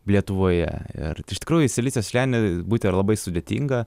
lietuvoje ir iš tikrųjų silicio slėny būti yra labai sudėtinga